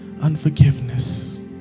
unforgiveness